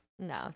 No